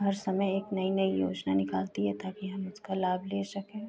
हर समय एक नई नई योजना निकालती है ताकि हम उसका लाभ ले सकें